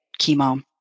chemo